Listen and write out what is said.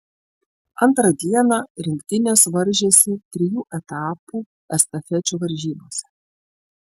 antrą dieną rinktinės varžėsi trijų etapų estafečių varžybose